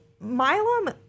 Milam –